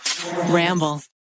Ramble